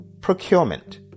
Procurement